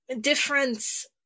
difference